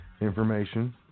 information